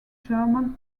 german